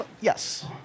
Yes